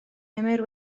emyr